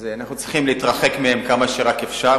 אנחנו צריכים להתרחק מהם כמה שרק אפשר,